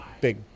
big